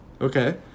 Okay